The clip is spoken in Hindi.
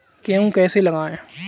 गेहूँ कैसे लगाएँ?